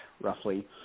roughly